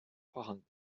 vorhanden